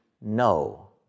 no